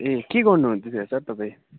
ए के गर्नु हुँदैछ सर तपाईँ